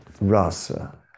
rasa